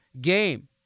game